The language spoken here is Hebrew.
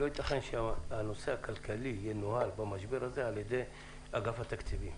לא יתכן שהנושא הכלכלי ינוהל במשבר הזה על ידי אגף התקציבים.